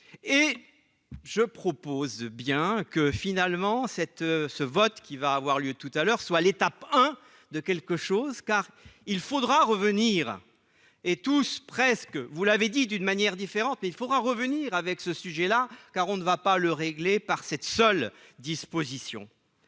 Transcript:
et je propose bien que finalement cette ce vote qui va avoir lieu tout à l'heure, soit l'étape hein de quelque chose, car il faudra revenir et tous presque vous l'avez dit d'une manière différente, mais il faudra revenir avec ce sujet là, car on ne va pas le régler par cette seule disposition.